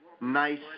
nice